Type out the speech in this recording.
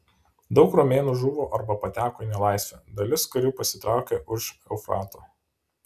daug romėnų žuvo arba pateko į nelaisvę dalis karių pasitraukė už eufrato